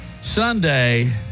Sunday